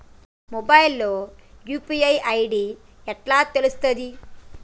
Mobile లో UPI ID ఎట్లా తెలుస్తది?